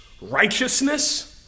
righteousness